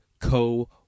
co